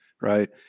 right